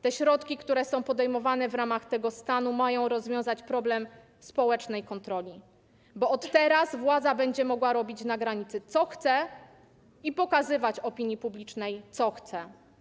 Te środki, które są podejmowane w ramach tego stanu, mają rozwiązać problem społecznej kontroli, bo od teraz władza będzie mogła robić na granicy, co chce, i pokazywać opinii publicznej, co chce.